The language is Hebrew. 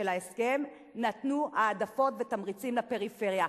ההסכם נתנו העדפות ותמריצים לפריפריה.